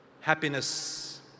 Happiness